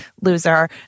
loser